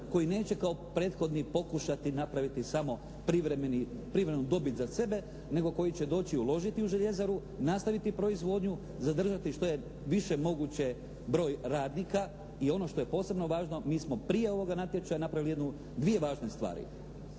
koji neće kao prethodni pokušati napraviti samo privremenu dobit za sebe nego koji će doći uložiti u željezaru, nastaviti proizvodnju, zadržati što je više moguće broj radnika i ono što je posebno važno, mi smo prije ovog natječaja napravili dvije važne stvari: